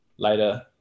Later